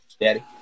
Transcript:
Daddy